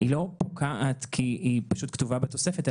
היא לא פוקעת כי היא פשוט כתובה בתוספת,